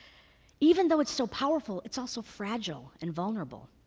even though it's so powerful, it's also fragile and vulnerable.